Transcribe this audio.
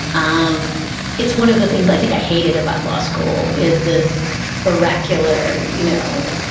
um it's one of the things i think i hated about law school. is this oracular? you know,